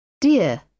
dear